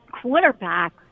quarterback